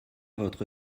votre